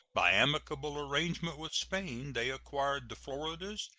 by amicable arrangement with spain, they acquired the floridas,